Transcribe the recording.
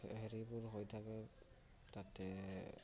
হেৰিবোৰ হৈ থাকে তাতে